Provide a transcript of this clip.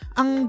ang